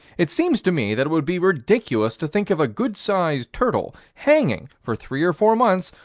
it seems to me that it would be ridiculous to think of a good-sized turtle hanging, for three or four months,